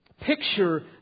picture